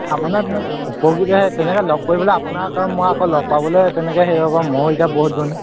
আপোনাক উপকৃত সেই তেনেকৈ লগ কৰিবলৈ আপোনাক আৰু মই আকৌ লগ পাবলৈ তেনেকৈ হেৰি হ'ব মইয়ো এতিয়া বহুত দূৰণি